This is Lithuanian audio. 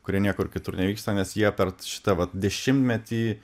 kurie niekur kitur nevyksta nes jie per šitą vat dešimtmetį